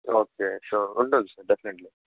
okay sure ఉండొచ్చు definitely